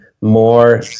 more